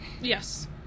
Yes